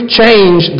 change